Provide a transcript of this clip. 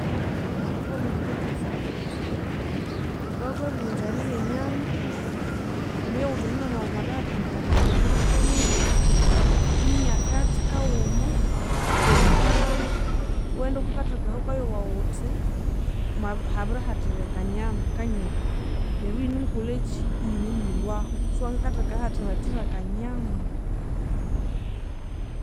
Obuthi bwamenu thukabukolesaya thuthi, thuka thwabiwunza erirya enyama, wamayowa wuthi omwamenu wawu mwabihathangira ehinyama hikehike iwimya akathi kawuma iwakahamba iwaghenda wukakatheka ahawukayowa wuthi mwa habirihathira akanyama kanyoho neryu iyinemukolekyi iyinemumulwahu, siwangakatheka ahathahathire akanyama